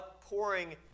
pouring